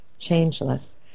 changeless